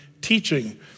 teaching